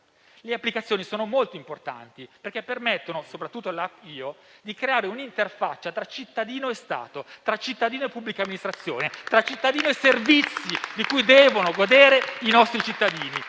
le applicazioni sono molto importanti, perché permettono, soprattutto l'*app* IO, di creare un'interfaccia tra cittadino e Stato, tra cittadino e pubblica amministrazione, tra cittadino e servizi di cui devono godere i nostri cittadini.